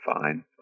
Fine